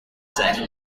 set